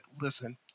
listen